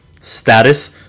status